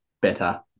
better